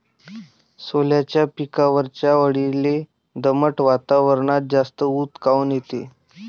सोल्याच्या पिकावरच्या अळीले दमट वातावरनात जास्त ऊत काऊन येते?